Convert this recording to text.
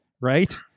right